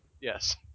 Yes